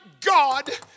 God